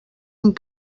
amb